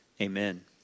Amen